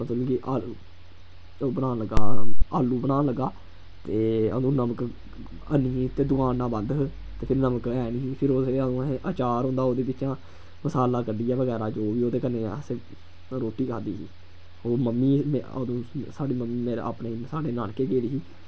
मतलब कि बनान लगा आलू बनान लगा ते अंदू नमक हैनी ही दकानांं बंद ही ते फिर नमक ऐ निं ही फिर ओह्दी जगह असें आचार ओह्दे बिच्चा मसाला कड्ढियै बगैरा जो बी ओह्दे कन्नै असें रोटी खाद्धी ही होर मम्मी ने उंदू साढ़ी मम्मी मेरे अपने साढ़े नानके गेदी ही